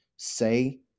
say